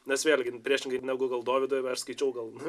nes vėl gi priešingai negu gal dovydo aš skaičiau gal